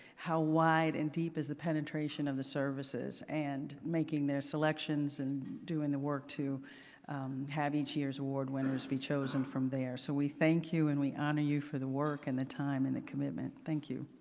how wide and deep is the penetration of the services and making their selections and doing the work to have each year's award winners be chosen from there. so, we thank you and we honor you for the work and the time and the commitment, thank you.